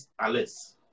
alice